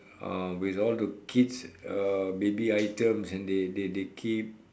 uh with all the kids uh baby items and they they keep